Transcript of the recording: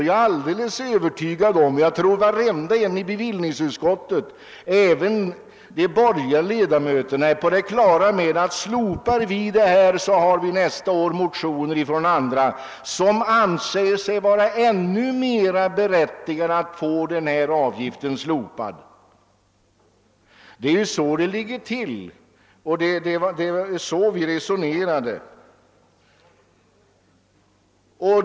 Jag är alldeles övertygad om — och jag tror att varenda en i bevillningsutskottet, även de borgerliga ledamöterna, är på det klara med detta — att slopar vi arbetsgivaravgiften för denna kategori, får vi nästa år motioner från andra som anser sig vara ännu mera berättigade att få denna avgift slopad. Så ligger det ju till, och det var så vi resonerade.